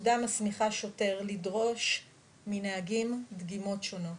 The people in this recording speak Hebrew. הפקודה מסמיכה שוטר לדרוש מנהגים דגימות שונות.